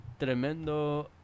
Tremendo